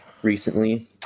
recently